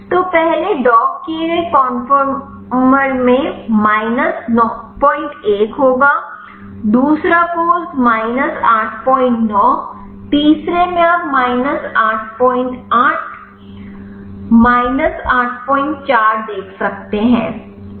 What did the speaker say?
तो पहले डॉक किए गए कंफर्मर में माइनस 91 होगा दूसरा पोज़ माइनस 89 तीसरे में आप माइनस 88 माइनस 84 देख सकते हैं